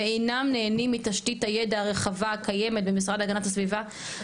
ואינם נהנים מתשתית הידע הרחבה הקיימת במשרד להגנת הסביבה,